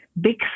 big